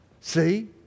See